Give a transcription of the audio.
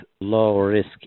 low-risk